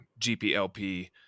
gplp